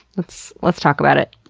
let's let's talk about it.